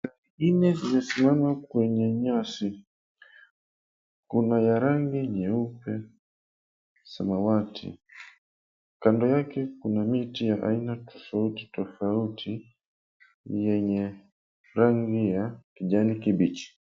...Nne imesimama kwenye nyasi kuna ya rangi nyeupe, samawati, kando yake kuna mti ya aina tofauti tofauti yenye rangi ya kijani kibichi.